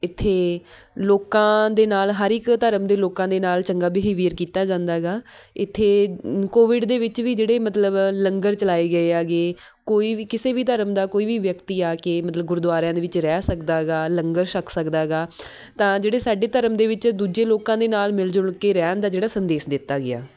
ਇੱਥੇ ਲੋਕਾਂ ਦੇ ਨਾਲ਼ ਹਰ ਇੱਕ ਧਰਮ ਦੇ ਲੋਕਾਂ ਦੇ ਨਾਲ਼ ਚੰਗਾ ਬੀਹੇਵੀਅਰ ਕੀਤਾ ਜਾਂਦਾ ਗਾ ਇੱਥੇ ਕੋਵਿਡ ਦੇ ਵਿੱਚ ਵੀ ਜਿਹੜੇ ਮਤਲਬ ਲੰਗਰ ਚਲਾਏ ਗਏ ਆ ਗੇ ਕੋਈ ਵੀ ਕਿਸੇ ਵੀ ਧਰਮ ਦਾ ਕੋਈ ਵੀ ਵਿਅਕਤੀ ਆ ਕੇ ਮਤਲਬ ਗੁਰਦੁਆਰਿਆਂ ਦੇ ਵਿੱਚ ਰਹਿ ਸਕਦਾ ਗਾ ਲੰਗਰ ਛੱਕ ਸਕਦਾ ਗਾ ਤਾਂ ਜਿਹੜੇ ਸਾਡੇ ਧਰਮ ਦੇ ਵਿੱਚ ਦੂਜੇ ਲੋਕਾਂ ਦੇ ਨਾਲ਼ ਮਿਲ ਜੁਲ ਕੇ ਰਹਿਣ ਦਾ ਜਿਹੜਾ ਸੰਦੇਸ਼ ਦਿੱਤਾ ਗਿਆ